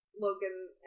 Logan